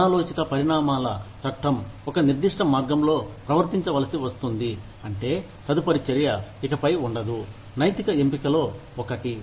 అనాలోచిత పరిణామాల చట్టం ఒక నిర్దిష్ట మార్గంలో ప్రవర్తించవలసి వస్తుంది అంటే తదుపరి చర్య ఇకపై ఉండదు నైతిక ఎంపికలో 1